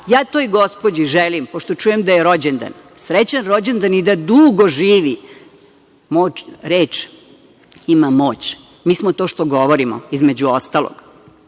toj gospođi želim, pošto čujem da je rođendan, srećan rođendan i da dugo živi. Reč ima moć. Mi smo to što govorimo, između ostalog.